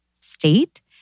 state